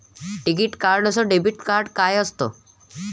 टिकीत कार्ड अस debit card काय असत?